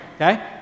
okay